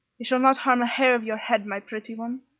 they shall not harm a hair of your head, my pretty one!